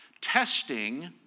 testing